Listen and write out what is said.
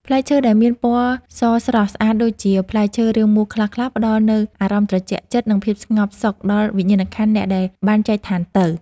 ផ្លែឈើដែលមានពណ៌សស្រស់ស្អាតដូចជាផ្លែឈើរាងមូលខ្លះៗផ្តល់នូវអារម្មណ៍ត្រជាក់ចិត្ត និង ភាពស្ងប់សុខដល់វិញ្ញាណក្ខន្ធអ្នកដែលបានចែកឋានទៅ។